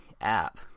app